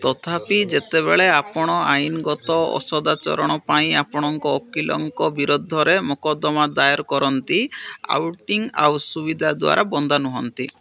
ତଥାପି ଯେତେବେଳେ ଆପଣ ଆଇନଗତ ଅସଦାଚରଣ ପାଇଁ ଆପଣଙ୍କ ଓକିଲଙ୍କ ବିରୋଧରେ ମକଦ୍ଦମା ଦାୟର କରନ୍ତି ଆଟର୍ଣ୍ଣି ଆଉ ସୁବିଧା ଦ୍ୱାରା ବନ୍ଧା ନୁହଁନ୍ତି